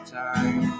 time